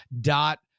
dot